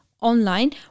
online